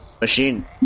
Machine